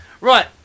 Right